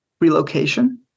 relocation